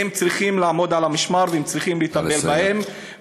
הם צריכים לעמוד על המשמר והם צריכים לטפל בהם.